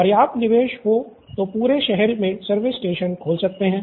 पर्याप्त निवेश हो तो पूरे शहर मे सर्विस स्टेशन खोल सकते है